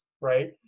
right